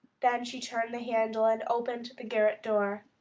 then she turned the handle and opened the garret-door.